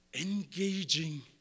Engaging